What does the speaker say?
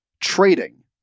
trading